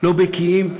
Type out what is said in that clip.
לא בקיאים בהם.